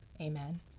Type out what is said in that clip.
amen